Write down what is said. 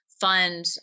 fund